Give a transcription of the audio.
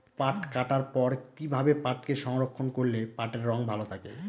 পাট কাটার পর কি ভাবে পাটকে সংরক্ষন করলে পাটের রং ভালো থাকে?